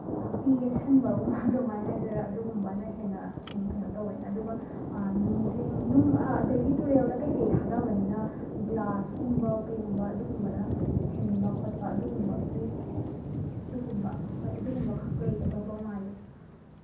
ꯅꯥꯄꯤ ꯌꯦꯠꯁꯤꯟꯕꯒꯨꯝꯕ ꯑꯗꯨꯃꯥꯏꯅ ꯍꯥꯏꯗꯣꯏꯔꯥ ꯑꯗꯨꯒꯨꯝꯕꯅ ꯍꯦꯟꯅ ꯀꯩꯅꯣ ꯇꯧꯋꯦ ꯑꯗꯨꯒ ꯅꯨꯡꯖꯦꯡ ꯅꯨꯡ ꯑꯗꯒꯤ ꯇꯨꯔꯦꯜꯗ ꯀꯩꯀꯩ ꯊꯥꯗꯕꯅꯤꯅ ꯒ꯭ꯂꯥꯁꯀꯨꯝꯕ ꯀꯩꯒꯨꯝꯕ ꯑꯗꯨꯒꯨꯝꯕꯅ ꯊꯤꯟꯕ ꯈꯣꯠꯄ ꯑꯗꯨꯒꯨꯝꯕꯒꯤ ꯑꯗꯨꯒꯨꯝꯕ ꯍꯣꯏ ꯑꯗꯨꯒꯨꯝꯕ ꯈꯛ ꯂꯩꯒꯗꯧꯕ ꯃꯥꯜꯂꯤ